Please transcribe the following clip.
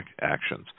actions